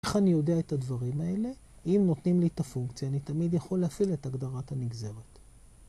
‫איך אני יודע את הדברים האלה? ‫אם נותנים לי את הפונקציה, ‫אני תמיד יכול להפעיל ‫את הגדרת הנגזרת.